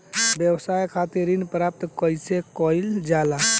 व्यवसाय खातिर ऋण प्राप्त कइसे कइल जाला?